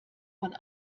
von